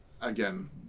again